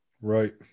Right